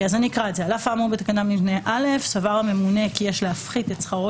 "על אף האמור בתקנת משנה (א)\ סבר הממונה כי יש להפחית את שכרו